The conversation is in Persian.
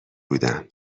بودم